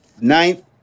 ninth